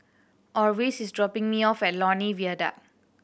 Orvis is dropping me off at Lornie Viaduct